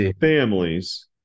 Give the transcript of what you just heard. families